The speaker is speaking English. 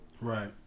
Right